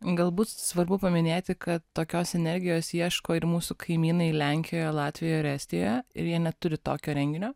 galbūt svarbu paminėti kad tokios energijos ieško ir mūsų kaimynai lenkijoje latvijoje estijoje ir jie neturi tokio renginio